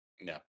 No